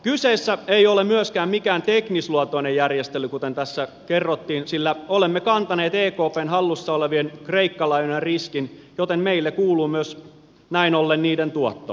kyseessä ei ole myöskään mikään teknisluontoinen järjestely kuten tässä kerrottiin sillä olemme kantaneet ekpn hallussa olevien kreikka lainojen riskin joten meille kuuluu myös näin ollen niiden tuotto